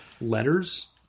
letters